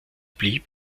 blieb